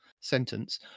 sentence